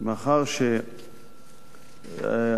מאחר שאני